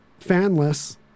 fanless